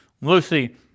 Lucy